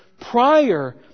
prior